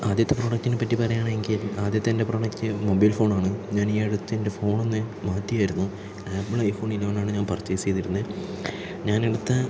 ആദ്യത്തെ പ്രൊഡക്റ്റിനെപ്പറ്റി പറയാണെങ്കിൽ ആദ്യത്തെ എൻ്റെ പ്രോഡക്റ്റ് മൊബൈൽ ഫോൺ ആണ് ഞാൻ ഈ അടുത്ത് എൻ്റെ ഫോണൊന്ന് മാറ്റിയായിരുന്നു ആപ്പിൾ ഐഫോൺ ഇലവൺ ആണ് ഞാൻ പർച്ചേസ് ചെയ്തിരുന്നേ ഞാൻ എടുത്ത